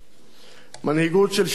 מנהיגות של שיקול דעת,